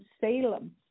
Salem